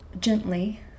gently